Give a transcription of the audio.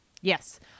Yes